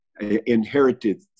inherited